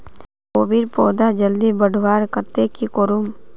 कोबीर पौधा जल्दी बढ़वार केते की करूम?